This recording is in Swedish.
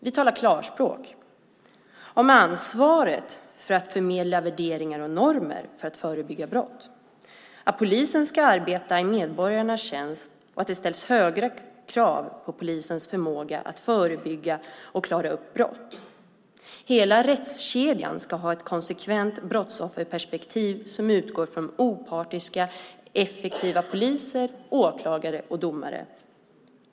Vi talar klarspråk om ansvaret för att förmedla värderingar och normer för att förebygga brott, att polisen ska arbeta i medborgarnas tjänst och att det ställs höga krav på polisens förmåga att förebygga och klara upp brott. Hela rättskedjan ska ha ett konsekvent brottsofferperspektiv som utgår från opartiska och effektiva poliser, åklagare och domare.